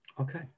Okay